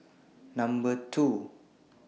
two